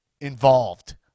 involved